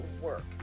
Work